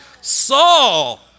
Saul